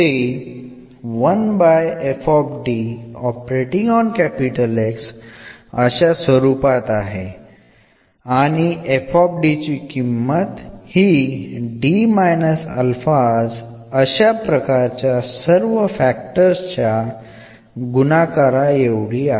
അതിൽ എന്നത് കളുടെ പ്രോഡക്ട് അല്ലാതെ മറ്റൊന്നുമല്ല